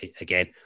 again